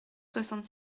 soixante